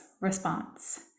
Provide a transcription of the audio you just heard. response